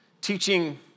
teaching